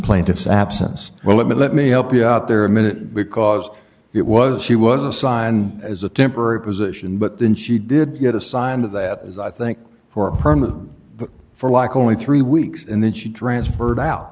plaintiff's absence well let me let me help you out there a minute because it was she was assigned as a temporary position but then she did get assigned to that as i think for a permit but for like only three weeks and then she transferred out